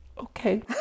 okay